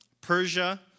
Persia